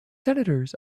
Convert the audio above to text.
senators